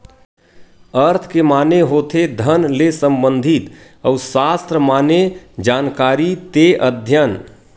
अर्थ के माने होथे धन ले संबंधित अउ सास्त्र माने जानकारी ते अध्ययन